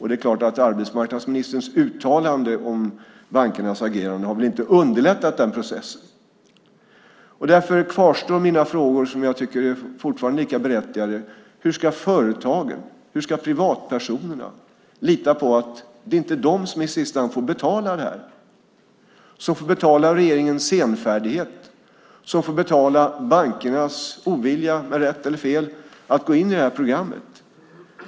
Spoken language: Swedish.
Det är klart att arbetsmarknadsministerns uttalande om bankernas agerande inte har underlättat den processen. Mina frågor kvarstår. Jag tycker att de fortfarande är lika berättigade. Hur ska företagen och privatpersonerna lita på att det inte är de som i sista hand får betala det här, att det inte är de som får betala regeringens senfärdighet och bankernas ovilja, rätt eller fel, att gå in i det här programmet?